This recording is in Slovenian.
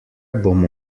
bom